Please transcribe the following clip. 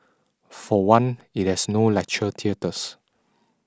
for one it has no lecture theatres